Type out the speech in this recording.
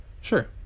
Sure